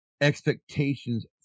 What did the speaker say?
expectations